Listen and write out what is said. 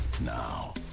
now